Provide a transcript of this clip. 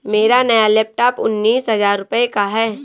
मेरा नया लैपटॉप उन्नीस हजार रूपए का है